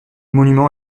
monument